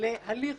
להליך